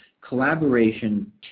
collaboration